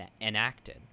enacted